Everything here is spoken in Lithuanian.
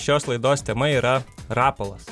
šios laidos tema yra rapolas